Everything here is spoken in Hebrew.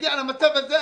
כשנגיע למצב הזה,